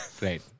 right